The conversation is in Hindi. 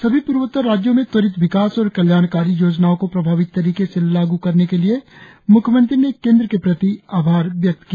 सभी पूर्वोत्तर राज्यों में त्वरित विकास और कल्याणकारी योजनाओं को प्रभावी तरीके से लागू करने के लिए म्ख्यमंत्री ने केंद्र के प्रति आभार व्यक्त किया